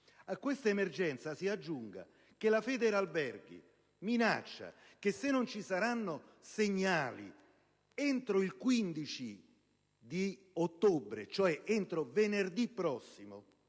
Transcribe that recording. A questa emergenza si aggiunga che Federalberghi minaccia che, se non ci saranno segnali entro il 15 ottobre, cioè entro venerdì prossimo,